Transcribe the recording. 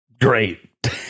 Great